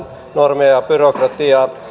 normeja ja byrokratiaa